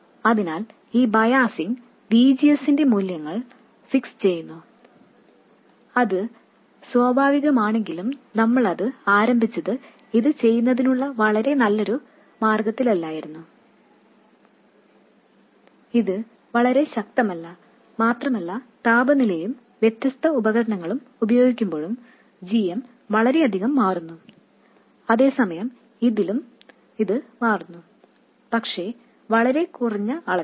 അതിനാൽ ഈ biasing V G S ന്റെ മൂല്യങ്ങൾ ഫിക്സ് ചെയ്യുന്നു അത് സ്വാഭാവികമാണെങ്കിലും നമ്മൾ അത് ആരംഭിച്ചത് ഇത് ചെയ്യുന്നതിനുളള വളരെ നല്ലൊരു മാർഗ്ഗത്തിലായിരുന്നില്ല ഇത് വളരെ ശക്തമല്ല മാത്രമല്ല താപനിലയും വ്യത്യസ്ത ഉപകരണങ്ങളും ഉപയോഗിക്കുമ്പോഴും gm വളരെയധികം മാറുന്നു അതേസമയം ഇതിലും ഇത് മാറുന്നു പക്ഷേ വളരെ കുറഞ്ഞ അളവിലാണ്